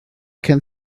can